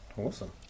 Awesome